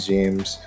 James